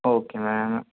okay ma'am